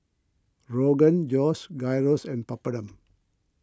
Rogan Josh Gyros and Papadum